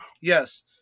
yes